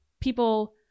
people